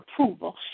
approval